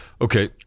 Okay